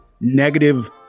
negative